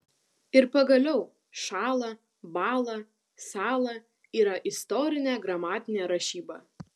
ir pagaliau šąla bąla sąla yra istorinė gramatinė rašyba